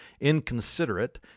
inconsiderate